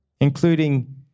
including